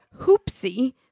Hoopsie